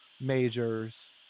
majors